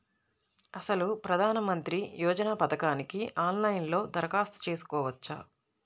అసలు ప్రధాన మంత్రి యోజన పథకానికి ఆన్లైన్లో దరఖాస్తు చేసుకోవచ్చా?